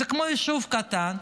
זה כמו יישוב קטן.